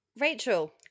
Rachel